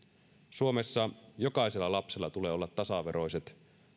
suomessa jokaisella lapsella tulee olla tasaveroiset